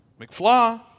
McFly